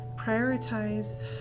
prioritize